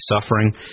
suffering